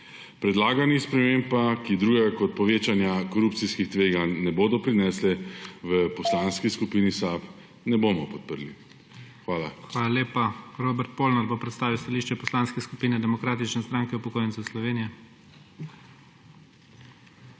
predlaganih sprememb, ki drugega kot povečanja korupcijskih tveganj ne bodo prinesle, pa v Poslanski skupini SAB ne bomo podprli. Hvala. PREDSEDNIK IGOR ZORČIČ: Hvala lepa. Robert Polnar bo predstavil stališče Poslanske skupine Demokratične stranke upokojencev Slovenije. ROBERT